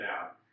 out